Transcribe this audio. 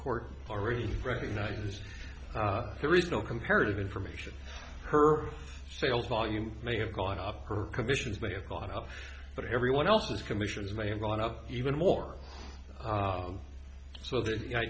court already recognizes there is no comparative information her sales volume may have gone up her commissions may have gone up but everyone else's commissions may have gone up even more so the i